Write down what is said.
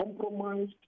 compromised